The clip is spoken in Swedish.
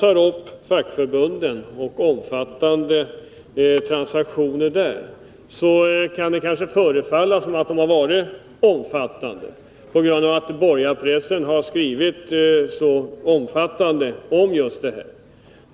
Knut Wachtmeister säger att omfattande transaktioner skett inom fackförbunden. Det kan kanske förefalla som om de varit omfattande, på grund av att borgarpressen har givit så stort utrymme åt just detta.